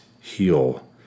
heal